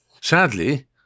Sadly